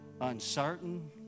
uncertain